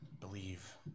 believe